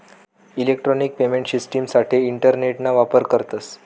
electronic payment शिश्टिमसाठे इंटरनेटना वापर करतस